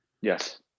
Yes